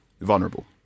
vulnerable